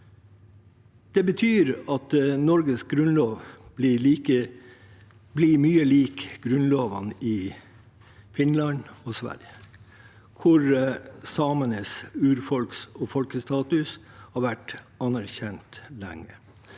Det betyr at Norges grunnlov blir mer lik grunnlovene i Finland og Sverige, hvor samenes urfolksstatus har vært anerkjent lenge.